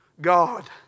God